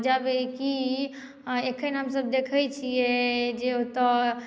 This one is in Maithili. आ जबकी अखन हमसभ देखैत छियै जे ओतय